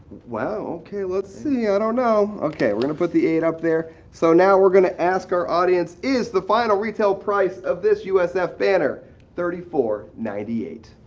wow, okay let's see. i don't know. okay, we're going to put the eight up there. so now we're going to ask our audience is the final retail price of this usf banner thirty four dollars. ninety eight?